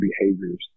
behaviors